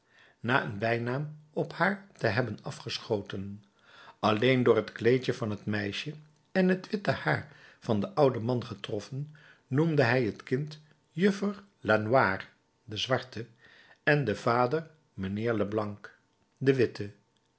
na een bijnaam op haar te hebben afgeschoten alleen door het kleedje van het meisje en het witte haar van den ouden man getroffen noemde hij het kind juffer lanoire de zwarte en den vader mijnheer leblanc den